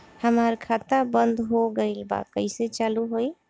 हमार खाता बंद हो गइल बा कइसे चालू होई?